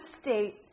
state